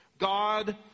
God